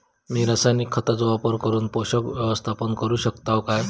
मी रासायनिक खतांचो वापर करून पोषक व्यवस्थापन करू शकताव काय?